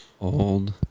old